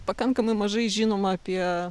pakankamai mažai žinoma apie